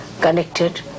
connected